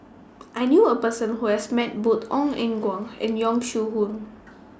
I knew A Person Who has Met Both Ong Eng Guan and Yong Shu Hoong